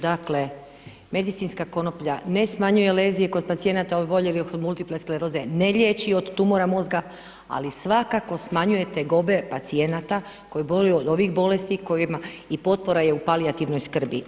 Dakle, medicinska konoplja ne smanjuje lezije kod pacijenata oboljelih od multiple skleroze, ne liječi od tumora mozga, ali svakako smanjuje tegobe pacijenata koji boluju od ovih bolesti kojima i potpora je u palijativnoj skrbi.